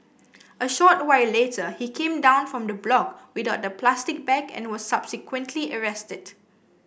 a short while later he came down from the block without the plastic bag and was subsequently arrested